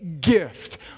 gift